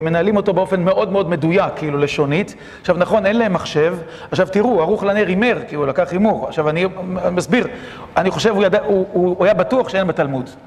מנהלים אותו באופן מאוד מאוד מדויק, כאילו, לשונית. עכשיו, נכון, אין להם מחשב. עכשיו, תראו, ערוך לנר הימר, כי הוא לקח הימור. עכשיו, אני מסביר. אני חושב, הוא ידע הוא היה בטוח שאין בתלמוד.